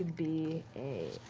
b